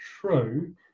true